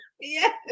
Yes